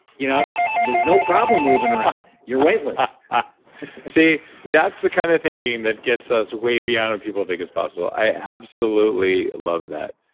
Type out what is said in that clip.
you know there's no problem moving around. you're weightless see, that's the kind of thinking that gets us way beyond when people think is possible. i absolutely love that.